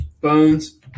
Bones